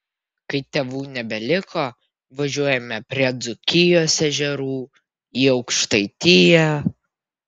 kai tėvų nebeliko važiuojame prie dzūkijos ežerų į aukštaitiją